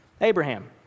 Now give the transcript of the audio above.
Abraham